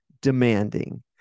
demanding